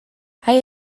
hij